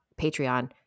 Patreon